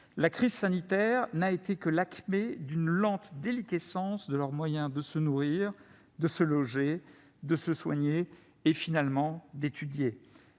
La crise sanitaire n'a été que le point ultime d'une lente déliquescence de leurs moyens de se nourrir, de se loger, de se soigner et, en définitive, d'étudier.